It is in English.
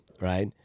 right